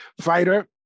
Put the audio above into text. fighter